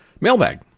Mailbag